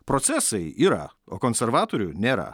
procesai yra o konservatorių nėra